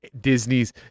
Disney's